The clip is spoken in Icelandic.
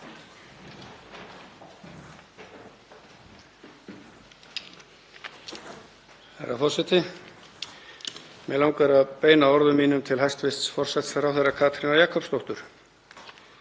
Herra forseti. Mig langar að beina orðum mínum til hæstv. forsætisráðherra Katrínar Jakobsdóttur.